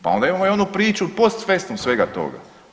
Pa onda imamo i onu priču post festum svega toga.